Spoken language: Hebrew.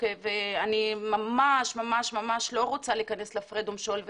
אני ממש לא רוצה להיכנס ל "הפרד ומשול"